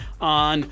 on